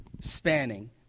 spanning